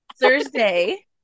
thursday